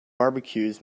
barbecues